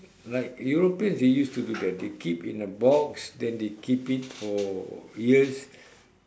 like Europeans they used to do that they keep in a box then they keep it for years